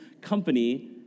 company